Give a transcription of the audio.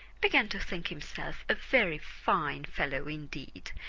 began to think himself a very fine fellow indeed,